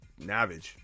Navage